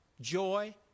joy